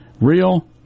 real